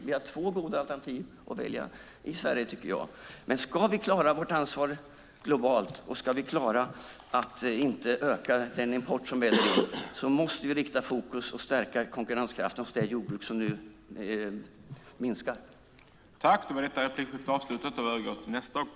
Vi har två goda alternativ att välja i Sverige. Ska vi klara vårt ansvar globalt och inte öka den import som väller in måste vi rikta fokus och stärka konkurrenskraften hos det jordbruk som nu minskar.